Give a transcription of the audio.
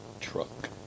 Truck